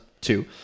Two